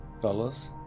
fellas